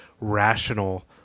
rational